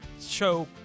show